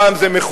פעם זאת מכונית,